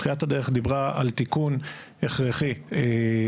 תחילת הדרך דיברה על תיקון הכרחי בפקודה,